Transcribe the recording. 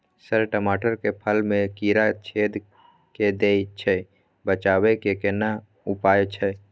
Sir टमाटर के फल में कीरा छेद के दैय छैय बचाबै के केना उपाय छैय?